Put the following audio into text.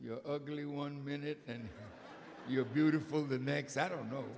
you're ugly one minute and you're beautiful the next i don't know